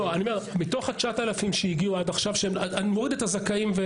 אני מוריד את הזכאים.